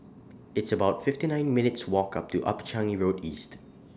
It's about fifty nine minutes Walk up to Upper Changi Road East